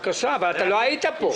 אתה לא היית פה.